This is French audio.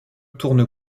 tourne